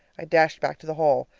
i dashed back to the hall.